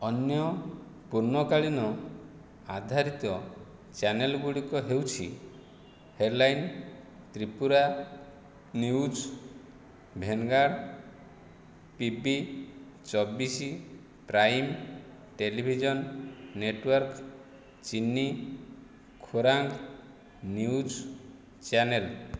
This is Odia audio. ଅନ୍ୟ ପୂର୍ଣ୍ଣକାଳୀନ ଆଧାରିତ ଚ୍ୟାନେଲ୍ ଗୁଡ଼ିକ ହେଉଛି headline Tripura news vanguard P B ଚବିଶ prime television network Chini Khorang news channel